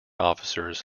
officers